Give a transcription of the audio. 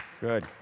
Good